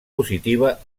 positiva